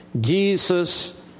Jesus